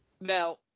Now